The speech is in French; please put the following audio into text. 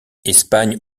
espagne